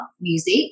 music